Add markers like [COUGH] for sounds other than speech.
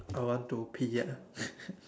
I want to pee ah [LAUGHS]